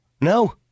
No